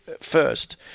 first